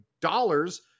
dollars